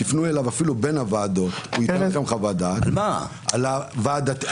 תפנו אליו אפילו בין הוועדות שייתן לכם חוות דעת על הוועד הדתי.